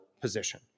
position